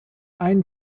ein